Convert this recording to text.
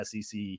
SEC